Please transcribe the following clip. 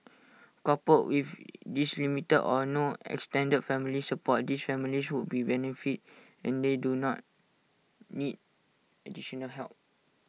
coupled with this limited or no extended family support these families would benefit and they do not need additional help